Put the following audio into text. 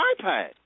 iPad